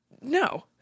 No